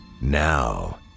Now